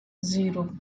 zero